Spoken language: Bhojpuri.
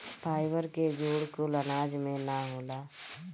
फाइबर के गुण कुल अनाज में ना होला